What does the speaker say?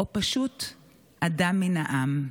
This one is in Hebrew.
או פשוט אדם מהעם?